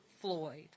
Floyd